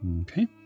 Okay